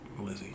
Lizzie